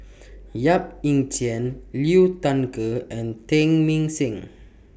Yap Ee Chian Liu Thai Ker and Teng Mah Seng